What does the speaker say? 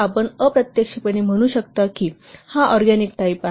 आपण अप्रत्यक्षपणे म्हणू शकता की हा ऑरगॅनिक टाईप आहे